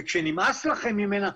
כשנמאס לכם ממנה,